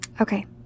Okay